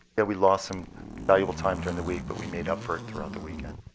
yeah we lost some valuable time during the week, but we made up for it throughout the weekend.